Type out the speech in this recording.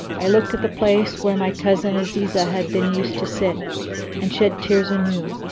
i looked at the place where my cousin azizah had been used to sit and shed tears anew,